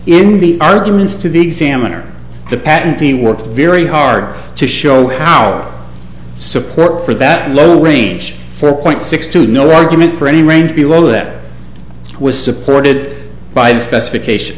in the arguments to the examiner the patentee worked very hard to show our support for that low range for point six to no argument for any range below that was supported by the specification